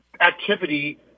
activity